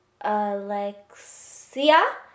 Alexia